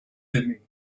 aimer